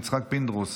חבר הכנסת יצחק פינדרוס,